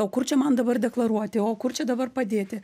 o kur čia man dabar deklaruoti o kur čia dabar padėti